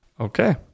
Okay